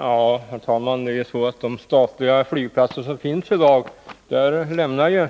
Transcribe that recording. Herr talman! Till de statliga flygplatser som finns i dag lämnar